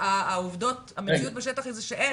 העובדות המציאות בשטח זה שאין.